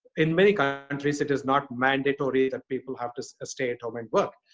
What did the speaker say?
in many kind of countries, it is not mandatory that people have to ah stay at home and work.